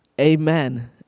Amen